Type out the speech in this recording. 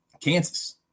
Kansas